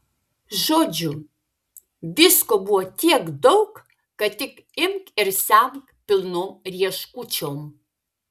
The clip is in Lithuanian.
žodžiu visko buvo tiek daug kad tik imk ir semk pilnom rieškučiom